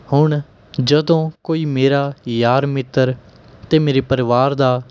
ਹੁਣ ਜਦੋਂ ਕੋਈ ਮੇਰਾ ਯਾਰ ਮਿੱਤਰ ਅਤੇ ਮੇਰੇ ਪਰਿਵਾਰ ਦਾ